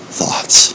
thoughts